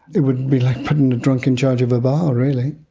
it would be like putting a drunk in charge of a bar really.